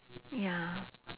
ya